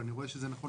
נכון